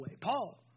Paul